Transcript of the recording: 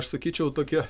aš sakyčiau tokia